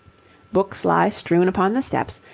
books lie strewn upon the steps,